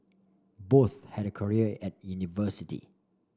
both had career at university